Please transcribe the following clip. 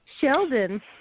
Sheldon